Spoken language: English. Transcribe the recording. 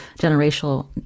generational